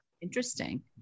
interesting